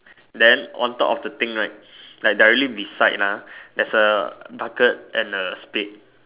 then on top of the thing right like directly beside lah there's a bucket and a spade